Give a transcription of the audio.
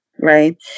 right